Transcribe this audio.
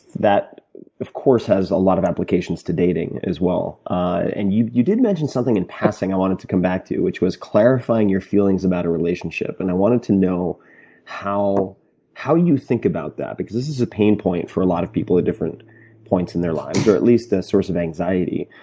that of course has a lot of applications to dating as well. and you you did mention something in passing i wanted to come back to, which was clarifying your feelings about a relationship. and i wanted to know how how you think about that because this is a pain point for a lot of people at different points in their lives, or at least the source of anxiety.